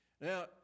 Now